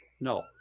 No